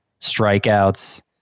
strikeouts